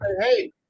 hey